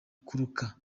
kuruka